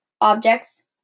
Objects